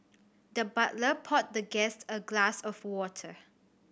the butler poured the guest a glass of water